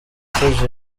mico